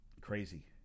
Crazy